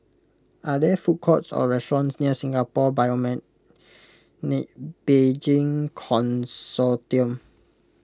are there food courts or restaurants near Singapore Bioimaging Consortium